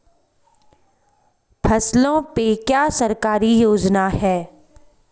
फसलों पे क्या सरकारी योजना है?